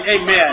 amen